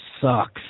sucks